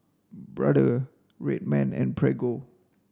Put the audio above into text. Brother Red Man and Prego